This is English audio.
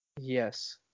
Yes